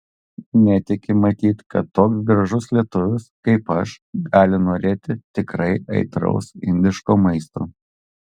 netiki matyt kad toks gražus lietuvis kaip aš gali norėti tikrai aitraus indiško maisto